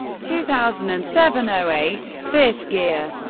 two thousand and seven um eight fifth gear